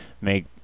make